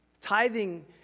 Tithing